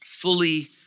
fully